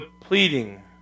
pleading